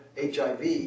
HIV